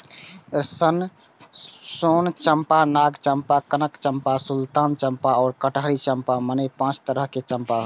सोन चंपा, नाग चंपा, कनक चंपा, सुल्तान चंपा आ कटहरी चंपा, मने पांच तरहक चंपा होइ छै